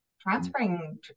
Transferring